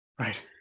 right